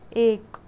एक